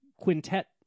quintet